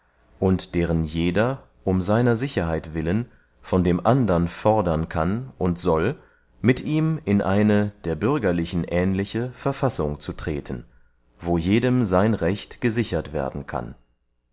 und deren jeder um seiner sicherheit willen von dem andern fordern kann und soll mit ihm in eine der bürgerlichen ähnliche verfassung zu treten wo jedem sein recht gesichert werden kann